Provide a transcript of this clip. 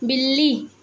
बिल्ली